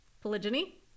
polygyny